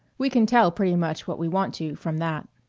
we can tell pretty much what we want to from that.